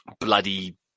bloody